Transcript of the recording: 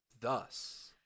Thus